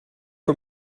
for